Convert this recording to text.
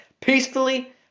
Peacefully